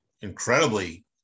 incredibly